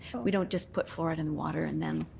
we don't just put fluoride in the water and then,